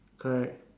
correct